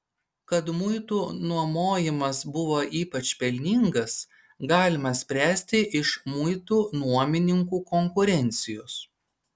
kad muitų nuomojimas buvo ypač pelningas galima spręsti iš muitų nuomininkų konkurencijos